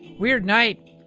weird night.